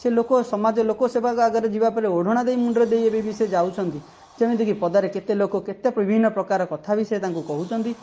ସେ ଲୋକ ସମାଜ ଲୋକ ସେବା ଆଗରେ ଯିବା ପରେ ଓଢ଼ଣା ଦେଇ ମୁଣ୍ଡରେ ଦେଇ ଏବେ ବି ସେ ଯାଉଛନ୍ତି ଯେମିତି କି ପଦାରେ କେତେ ଲୋକ କେତେ ବିଭିନ୍ନ ପ୍ରକାରର କଥା ବି ସେ ତାଙ୍କୁ କହୁଛନ୍ତି